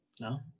No